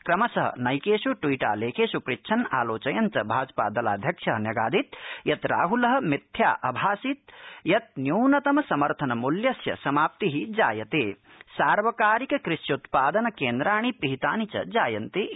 क्रमशः नैकेष् ट्वीटालेखेष् पृच्छन्न् आलोचयन् च भाजपादलाध्यक्षः न्यगादीत् यत् राहुलः मिथ्या अभाषीत् यत् न्यूनतम समर्थनमूल्यस्य समाप्तिः जायते सार्वकारिक कृष्योत्पादनकेन्द्राणि पिहितानि च जायन्ते